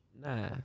nah